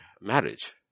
marriage